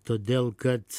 todėl kad